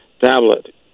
tablet